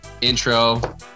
Intro